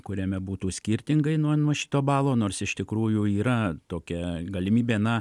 kuriame būtų skirtingai nuo šito balo nors iš tikrųjų yra tokia galimybė na